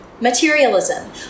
materialism